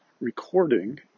recording